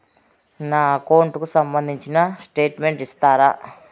నా అకౌంట్ కు సంబంధించిన స్టేట్మెంట్స్ ఇస్తారా